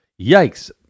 yikes